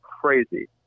crazy